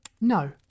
No